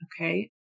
okay